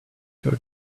your